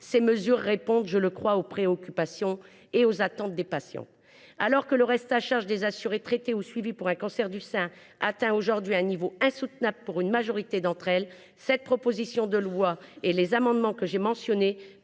Ces mesures répondent, je le crois, aux préoccupations et aux attentes des patientes. Alors que le reste à charge des assurées traitées ou suivies pour un cancer du sein atteint aujourd’hui un niveau insoutenable pour une majorité d’entre elles, cette proposition de loi et les amendements que j’ai évoqués